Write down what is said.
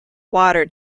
water